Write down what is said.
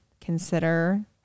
Consider